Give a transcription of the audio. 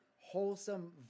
wholesome